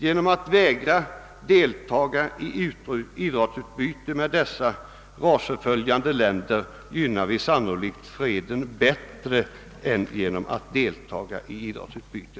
Genom att vägra deltaga i idrottsutbyte med dessa rasförföljande länder gynnar vi sannolikt freden bättre än genom att deltaga i sådant utbyte.